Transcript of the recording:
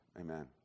Amen